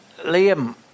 Liam